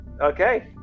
Okay